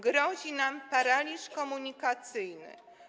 Grozi nam paraliż komunikacyjny.